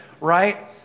right